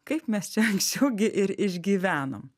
kaip mes čia anksčiau gi ir išgyvenom